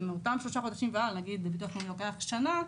ומאותם שלושה חודשים והלאה, בדרך כלל לוקח שנה,